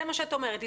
זה מה שאת אומרת לי.